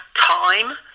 time